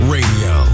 Radio